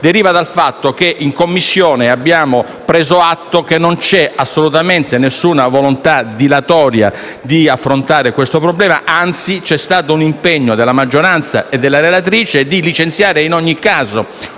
deriva dal fatto che in Commissione abbiamo preso atto che non c'è assolutamente alcuna volontà dilatoria di affrontare il problema. Anzi, c'è stato un impegno della maggioranza e della relatrice di licenziare in ogni caso